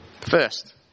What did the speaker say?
First